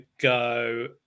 go